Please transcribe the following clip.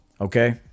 Okay